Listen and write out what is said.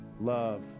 love